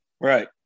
right